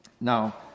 Now